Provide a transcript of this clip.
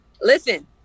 Listen